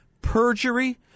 perjury